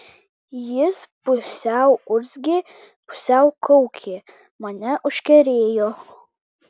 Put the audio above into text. jis pusiau urzgė pusiau kaukė mane užkerėjo